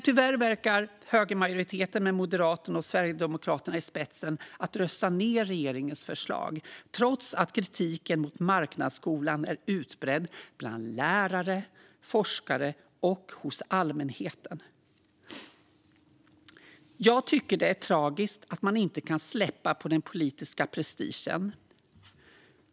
Tyvärr verkar högermajoriteten med Moderaterna och Sverigedemokraterna i spetsen rösta ned regeringens förslag, trots att kritiken mot marknadsskolan är utbredd bland lärare, forskare och allmänheten. Det är tragiskt att man inte kan släppa på den politiska prestigen.